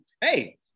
hey-